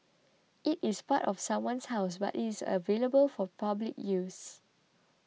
it is part of someone's house but it is available for public use